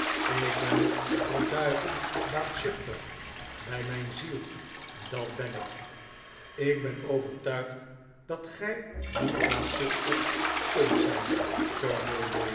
ik ben verduiveld baatzuchtig bij mijn ziel dat ben ik ik ben overtuigd dat gij niet baatzuchtig kunt zijn